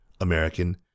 American